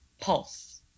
Pulse